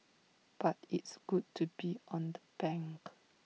but it's good to be on the bank